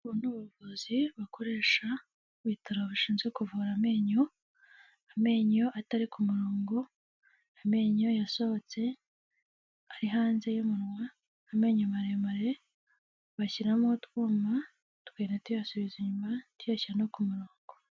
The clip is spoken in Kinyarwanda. Ubu ni ubuvuzi bakoresha mu bitaro bishinzwe kuvura amenyo, amenyo atari ku murongo, amenyo yasohotse ari hanze y'umunwa, amenyo maremare, bashyiramo utwuma, tukagenda tuyasubiza inyuma, tuyashyira no ku murongo.